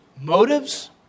motives